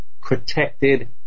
protected